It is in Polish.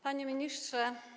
Panie Ministrze!